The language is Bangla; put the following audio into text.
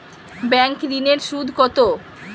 ব্যাঙ্ক ঋন এর সুদ কত?